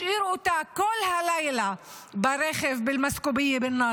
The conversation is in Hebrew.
השאירו אותה כל הלילה ברכב (אומרת בערבית: )